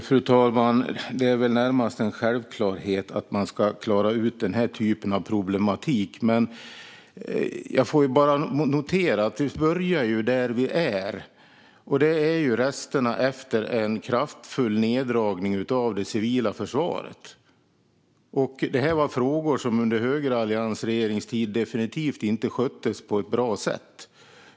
Fru talman! Det är närmast en självklarhet att man ska klara ut detta slags problematik. Men vi börjar där vi är, det vill säga i resterna efter en kraftfull neddragning av det civila försvaret. Detta var frågor som under högeralliansregeringens tid definitivt inte sköttes på ett bra sätt.